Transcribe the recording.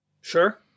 sure